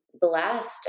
blessed